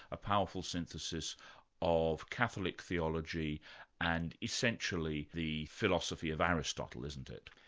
a powerful synthesis of catholic theology and essentially the philosophy of aristotle, isn't it?